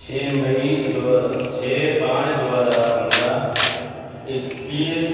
چھ مئی دو ہزار چھ پانچ دو ہزار پندرہ اکیس